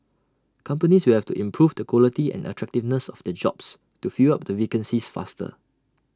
companies will have to improve the quality and attractiveness of their jobs to fill up their vacancies faster